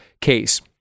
case